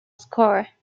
score